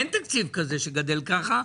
אין תקציב כזה שגדל כך.